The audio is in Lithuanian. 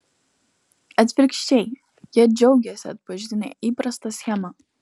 atvirkščiai jie džiaugiasi atpažinę įprastą schemą